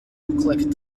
click